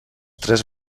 tres